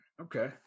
okay